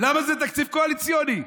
למה זה תקציב קואליציוני?